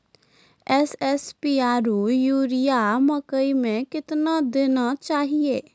SSP आरु urea मकई मे कितना देना चाहिए?